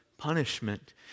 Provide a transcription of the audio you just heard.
Punishment